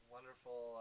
Wonderful